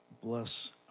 bless